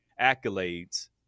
accolades –